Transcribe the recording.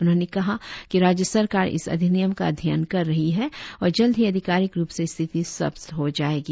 उन्होंने कहा कि राज्य सरकार इस अधिनियम का अध्ययन कर रही है और जल्द ही अधिकारिक रुप से स्थिति स्पष्ट हो जाएगी